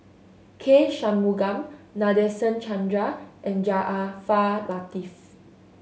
K Shanmugam Nadasen Chandra and Jaafar Latiff